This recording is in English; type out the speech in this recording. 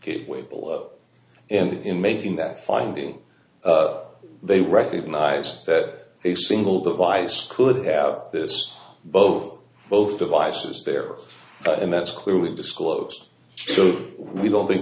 kit way below and in making that finding they recognized that a single device could have this both both devices there and that's clearly disclosed so we don't think